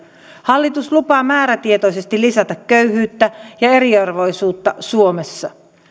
hallitus lupaa määrätietoisesti lisätä köyhyyttä ja eriarvoisuutta suomessa